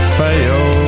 fail